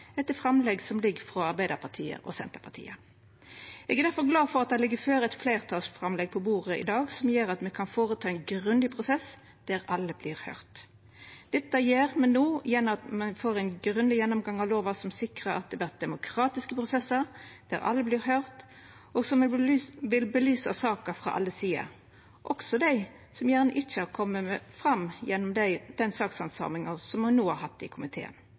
etter framlegg frå Arbeidarpartiet og Senterpartiet. Eg er difor glad for at det ligg føre eit fleirtalsframlegg på bordet i dag som gjer at me kan gjennomføra ein grundig prosess der alle vert høyrde. Det gjer me no gjennom at me får ein grundig gjennomgang av lova, noko som sikrar at det vert demokratiske prosessar, der alle vert høyrde, og som vil belysa saka frå alle sider, også dei som gjerne ikkje har kome fram gjennom den sakshandsaminga me no har hatt i komiteen.